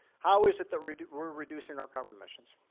how is it that we're we're reducing our carbon emissions?